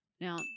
Now